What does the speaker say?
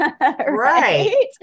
Right